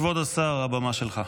כבוד השר, הבמה שלך.